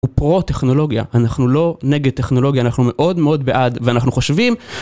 הוא פרו-טכנולוגיה, אנחנו לא נגד טכנולוגיה, אנחנו מאוד מאוד בעד ואנחנו חושבים.